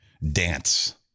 dance